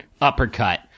uppercut